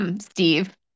Steve